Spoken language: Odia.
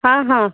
ହଁ ହଁ